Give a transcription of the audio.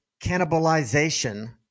cannibalization